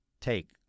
take